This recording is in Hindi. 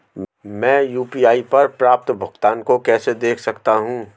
मैं यू.पी.आई पर प्राप्त भुगतान को कैसे देख सकता हूं?